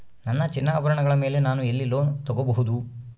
ನನ್ನ ಚಿನ್ನಾಭರಣಗಳ ಮೇಲೆ ನಾನು ಎಲ್ಲಿ ಲೋನ್ ತೊಗೊಬಹುದು?